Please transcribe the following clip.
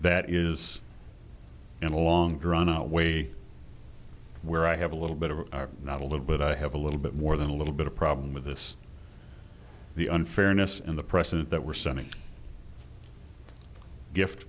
that is in a long drawn out way where i have a little bit of a are not a little bit i have a little bit more than a little bit of problem with this the unfairness and the precedent that we're sending gift